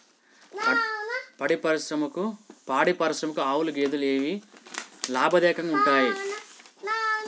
పాడి పరిశ్రమకు ఆవుల, గేదెల ఏవి లాభదాయకంగా ఉంటయ్?